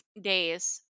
days